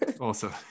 Awesome